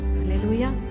Hallelujah